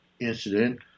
incident